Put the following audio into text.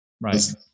Right